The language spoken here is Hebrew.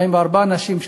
44 אנשים,